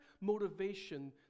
motivation